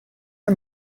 her